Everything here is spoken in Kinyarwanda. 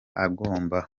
agomba